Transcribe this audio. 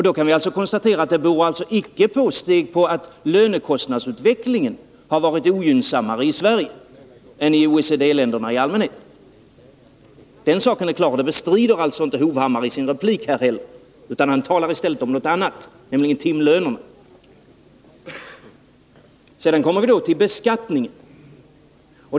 Då kan man alltså konstatera att Besparingar i det inte beror på att lönekostnadsutvecklingen varit ogynnsammare i Sverige statsverksamheten, än i OECD-länderna i allmänhet. Den saken är klar — och det bestrider alltså m.m. Erik Hovhammar inte heller i sin replik, utan han talar i stället om någonting annat, nämligen timlönerna. Sedan kommer vi till beskattningen.